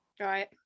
Right